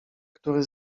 który